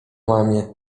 mamie